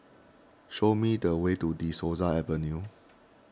show me the way to De Souza Avenue